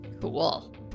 Cool